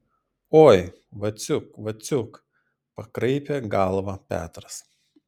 oi vaciuk vaciuk pakraipė galvą petras